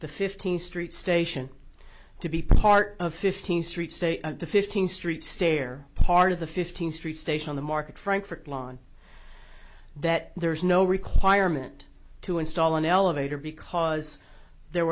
the fifteenth street station to be part of fifteenth street say the fifteenth street stair part of the fifteenth street station on the market frankfort line that there is no requirement to install an elevator because there